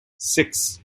six